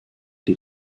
die